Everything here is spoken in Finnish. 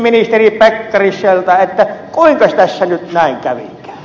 kuinkas tässä nyt näin kävikään